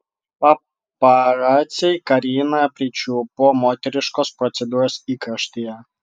paparaciai kariną pričiupo moteriškos procedūros įkarštyje